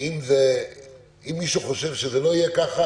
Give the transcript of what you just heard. אם מישהו חושב שזה לא יהיה ככה,